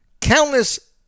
countless